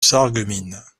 sarreguemines